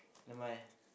never mind